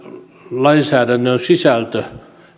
lainsäädännön sisältö